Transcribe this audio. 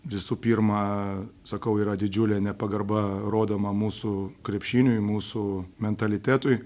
visų pirma sakau yra didžiulė nepagarba rodoma mūsų krepšiniui mūsų mentalitetui